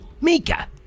Mika